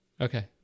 Okay